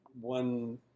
one